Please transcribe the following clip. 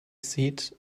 seat